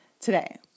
today